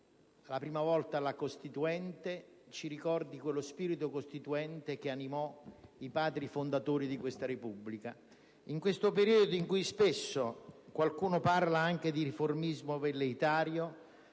la prima volta alla Costituente, credo ci ricordi quello spirito costituente che animò i Padri fondatori della Repubblica. In questo periodo in cui spesso qualcuno parla anche di riformismo velleitario,